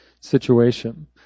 situation